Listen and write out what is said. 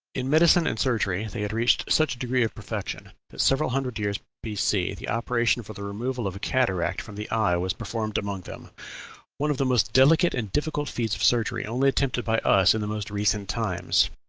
in medicine and surgery they had reached such a degree of perfection that several hundred years b c. the operation for the removal of cataract from the eye was performed among them one of the most delicate and difficult feats of surgery, only attempted by us in the most recent times.